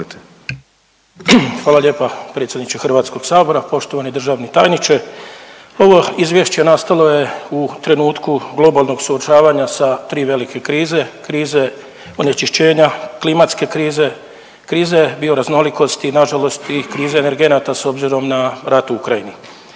Hvala lijepa predsjedniče HS. Poštovani državni tajniče, ovo izvješće nastalo je u trenutku globalnog suočavanja sa tri velike krize, krize onečišćenja, klimatske krize, krize bioraznolikosti i nažalost i krize energenata s obzirom na rat u Ukrajini.